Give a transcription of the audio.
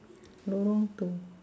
lorong two